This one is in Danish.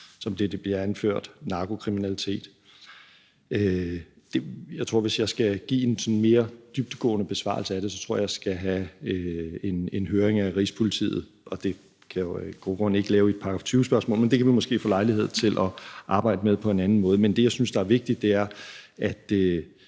det, der bliver anført, nemlig narkokriminalitet. Jeg tror, at hvis jeg skal give en sådan mere dybdegående besvarelse af det, skal jeg have en høring af Rigspolitiet, og det kan jeg jo af gode grunde ikke gøre i et § 20-spørgsmål, men det kan vi måske få lejlighed til at arbejde med på en anden måde. Det, jeg synes er vigtigt, er, at